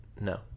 No